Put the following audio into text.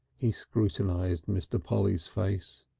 he scrutinised mr. polly's face.